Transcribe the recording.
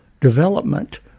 development